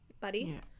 buddy